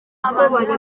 abantu